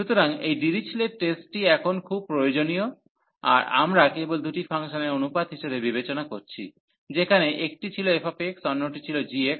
সুতরাং এই ডিরিচলেট টেস্টটি এখন খুব প্রয়োজনীয় আর আমরা কেবল দুটি ফাংশনের অনুপাত হিসাবে বিবেচনা করছি যেখানে একটি ছিল f এবং অন্যটি ছিল g